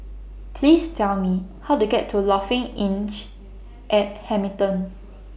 Please Tell Me How to get to Lofi Innch At Hamilton